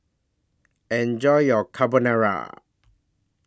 Enjoy your Carbonara